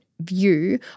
view